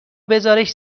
بزارش